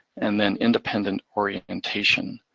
and then independent orientation.